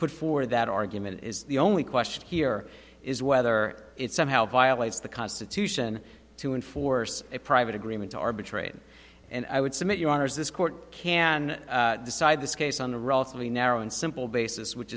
put forward that argument is the only question here is whether it somehow violates the constitution to enforce a private agreement to arbitration and i would submit your honour's this court can decide this case on a relatively narrow and simple basis which